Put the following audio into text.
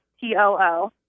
T-O-O